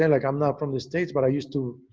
and like, i'm not from the states, but i used to,